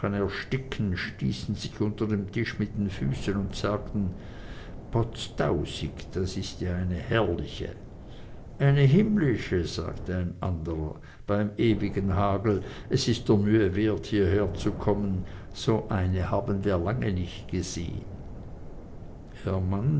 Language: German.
ersticken stießen sich unter dem tisch mit den füßen und sagten potztausig das ist ja eine herrliche eine himmlische sagte ein anderer beim ewigen hagel es ist der mühe wert hierherzukommen so eine haben wir lang nicht gesehen ihr mann